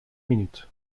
minutes